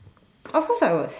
of course I was